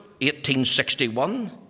1861